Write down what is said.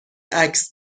عکس